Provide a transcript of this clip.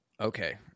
Okay